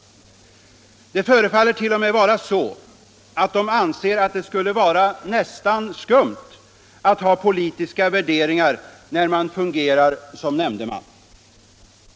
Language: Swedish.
Det förefaller t.o.m. vara så att de anser att det skulle vara nästan skumt att ha politiska värderingar när man fungerar som nämndeman.